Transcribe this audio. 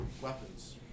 Weapons